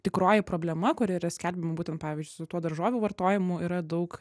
tikroji problema kuri yra skelbiama būtent pavyzdžiui su tuo daržovių vartojimu yra daug